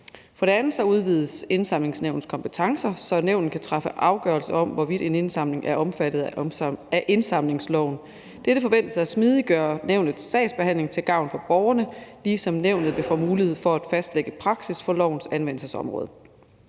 For det andet udvides Indsamlingsnævnets kompetencer, så nævnet kan træffe afgørelse om, hvorvidt en indsamling er omfattet af indsamlingsloven. Dette forventes at smidiggøre nævnets sagsbehandling til gavn for borgerne, ligesom nævnet vil få mulighed for at fastlægge praksis for lovens anvendelsesområde.